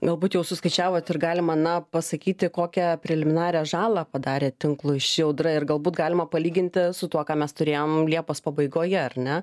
galbūt jau suskaičiavot ir galima na pasakyti kokią preliminarią žalą padarė tinklui ši audra ir galbūt galima palyginti su tuo ką mes turėjom liepos pabaigoje ar ne